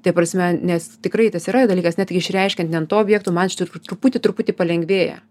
ta prasme nes tikrai tas yra dalykas netgi išreiškiant ne ant to objekto man iš tikrųjų truputį truputį palengvėja